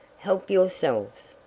help yourselves.